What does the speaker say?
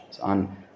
on